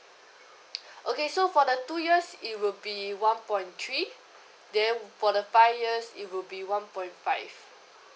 okay so for the two years it will be one point three then for the five years it will be one point five